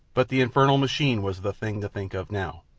but the infernal machine was the thing to think of now.